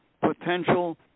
potential